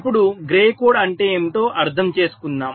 ఇప్పుడు gray code అంటే ఏమిటో అర్థం చేసుకుందాం